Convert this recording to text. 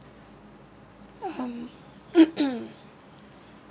um